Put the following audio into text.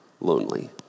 lonely